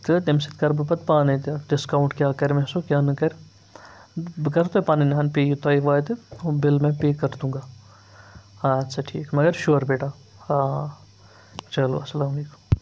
تہٕ تٔمِس سۭتۍ کَرٕ بہٕ پَتہٕ پانَے تہِ ڈِسکاوُنٛٹ کیٛاہ کَرِ مےٚ سُہ کیٛاہ نہٕ کَرِ بہٕ کَرٕ تۄہہِ پَنٕنۍ ہَن پے یہِ تۄہہِ واتہِ بِل مےٚ پے کر دوٗنٛگا آد سا ٹھیٖک مگر شور بیٹا آ چلو اَسلام علیکُم